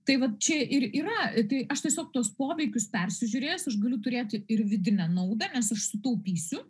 tai vat čia ir yra tai aš tiesiog tuos poveikius persižiūrėjus aš galiu turėti ir vidinę naudą nes aš sutaupysiu